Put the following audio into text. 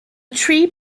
tree